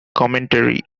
commentary